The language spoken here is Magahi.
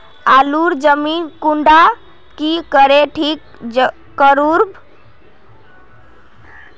आलूर जमीन कुंडा की करे ठीक करूम जाहा लात्तिर फल बेसी मिले?